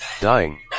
Dying